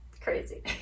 Crazy